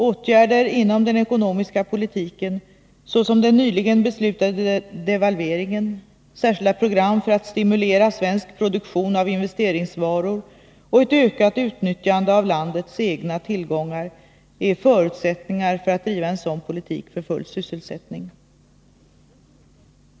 Åtgärder inom den ekonomiska politiken, såsom den nyligen beslutade devalveringen, särskilda program för att stimulera svensk produktion av investeringsvaror och ett ökat utnyttjande av landets egna tillgångar, är förutsättningar för att kunna driva en sådan politik för full sysselsättning.